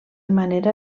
manera